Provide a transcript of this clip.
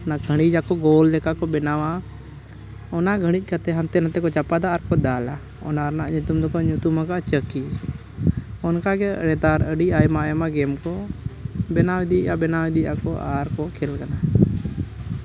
ᱚᱱᱟ ᱜᱟᱹᱲᱤᱡᱟᱠᱚ ᱵᱚᱞ ᱞᱮᱠᱟ ᱠᱚ ᱵᱮᱱᱟᱣᱟ ᱚᱱᱟ ᱜᱟᱹᱲᱤᱡ ᱠᱟᱛᱮᱫ ᱦᱟᱱᱛᱮ ᱱᱟᱛᱮ ᱠᱚ ᱪᱟᱯᱟᱫᱟ ᱟᱨ ᱠᱚ ᱫᱟᱞᱟ ᱚᱱᱟ ᱨᱮᱱᱟᱜ ᱫᱚᱠᱚ ᱧᱩᱛᱩᱢ ᱟᱠᱟᱜᱼᱟ ᱪᱟᱹᱠᱤ ᱚᱱᱠᱟ ᱜᱮ ᱱᱮᱛᱟᱨ ᱟᱹᱰᱤ ᱟᱭᱢᱟ ᱟᱭᱢᱟ ᱜᱮᱹᱢ ᱠᱚ ᱵᱮᱱᱟᱣ ᱤᱫᱤᱭᱮᱫᱼᱟ ᱵᱮᱱᱟᱣ ᱤᱫᱤᱭᱮᱫᱼᱟᱠᱚ ᱟᱨ ᱠᱚ ᱠᱷᱮᱹᱞ ᱠᱟᱱᱟ